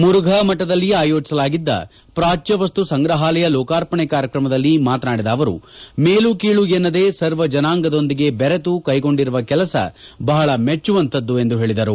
ಮುರುಘಾ ಮಠದಲ್ಲಿ ಆಯೋಜಸಲಾಗಿದ್ದ ಪ್ರಾಚ್ಯವಸ್ತು ಸಂಗ್ರಹಾಲಯ ಲೋಕಾರ್ಪಣೆ ಕಾರ್ಯಕ್ರಮದಲ್ಲಿ ಮಾತನಾಡಿದ ಅವರು ಮೇಲು ಕೀಳು ಎನ್ನದೆ ಸರ್ವಜನಾಂಗದೊಂದಿಗೆ ಬೆರೆತು ಕೈಗೊಂಡಿರುವ ಕೆಲಸ ಬಹಳ ಮೆಚ್ಚುವಂತಹದ್ದು ಎಂದು ಹೇಳಿದರು